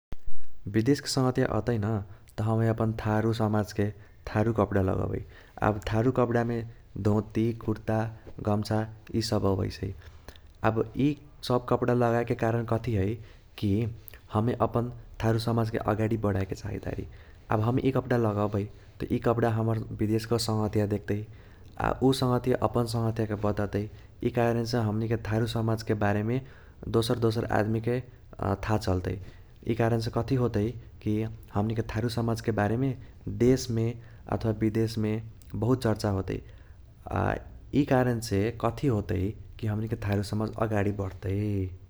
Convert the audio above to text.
बिदेशके संगहतिया अतइन त हमे अपन थारु समाजके थारु कपडा लगबै। आब थारु कपडामे धोती कुर्ता गम्छा इसब अबैसै । आब इसब कपडा लगाएके कारण कथी है कि हमे अपन थारु समाजके अगाडि बढाएके चाहइतारी। आब हम इ कपका लगबै त इ कपका हमर बिदेशके संगहतिया देखतै। आ उ संगहतिया अपन संगहतियाके बत तै इ कारणसे हमनीके थारु समाजके बारेमे दोसर दोसर आदमिके थाह चलतै। इ कारणसे कथी होतइ कि हमनीके थारु समाजके बरेमे देशमे अथवा बिदेशमे बहुत चर्चा होतै आ इ कारण से कथी होतै कि हमनीके थारु समाज अगाडि बढतै।